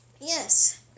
yes